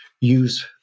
use